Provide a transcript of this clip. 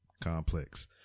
complex